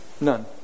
None